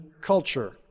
culture